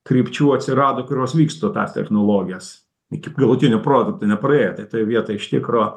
krypčių atsirado kurios vyksto tas technologijas iki galutinio produkto nepraėjo tai toj vietoj iš tikro